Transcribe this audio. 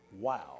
Wow